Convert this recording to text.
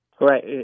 Right